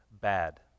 bad